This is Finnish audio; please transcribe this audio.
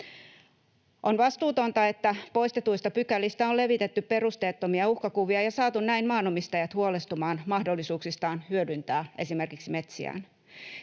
On vastuutonta, että poistetuista pykälistä on levitetty perusteettomia uhkakuvia ja saatu näin maanomistajat huolestumaan mahdollisuuksistaan hyödyntää esimerkiksi metsiään.